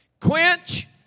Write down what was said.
Quench